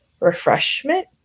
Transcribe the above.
refreshment